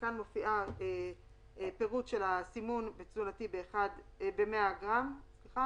סימון תזונתי ב-100 גר'Nutritional value per 100 gr.